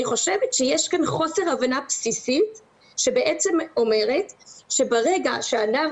אני חושבת שיש כאן חוסר הבנה בסיסית שבעצם אומרת שברגע שהנער